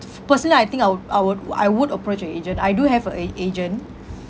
personally I think I would I would wou~ I would approach a agent I do have a a~ agent